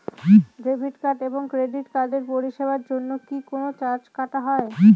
Debit card এবং credit কার্ডের পরিষেবার জন্য কি কোন চার্জ কাটা হয়?